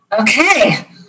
okay